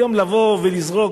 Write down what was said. היום לבוא ולזרוק,